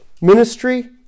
Ministry